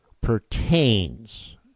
pertains